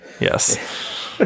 Yes